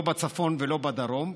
לא בצפון ולא בדרום,